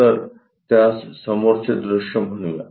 तर त्यास समोरचे दृश्य म्हणूया